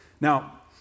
Now